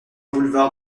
boulevard